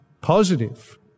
positive